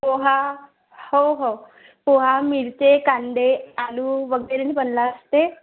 पोहे हो हो पोहे मिरची कांदे आलू वगैरेने बनला असते